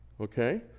Okay